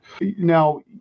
Now